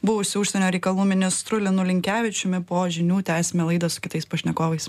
buvusiu užsienio reikalų ministru linu linkevičiumi po žinių tęsime laidą su kitais pašnekovais